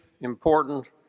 important